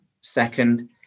Second